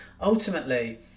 ultimately